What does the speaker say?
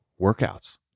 workouts